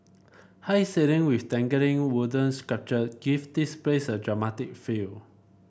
high ceiling with dangling wooden sculpture give this place a dramatic feel